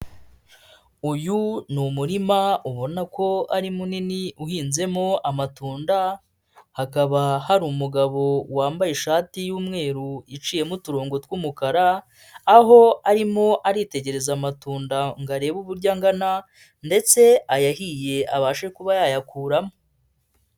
Uyu ni umurima ubona ko ari munini uhinzemo amatunda, hakaba hari umugabo wambaye ishati y'umweru iciyemo uturongo tw'umukara, aho arimo aritegereza amatunda ngo arebe uburyo angana ndetse ayahiye abashe kuba yayakuramo.